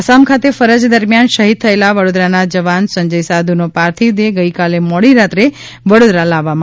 આસામ ખાતે ફરજ દરમિયાન શહીદ થયેલા વડોદરાના જવાન સંજય સાધુનો પાર્થિવ દેહ ગઇકાલે મોડી રાત્રે વડોદરા લાવવામાં આવ્યો હતો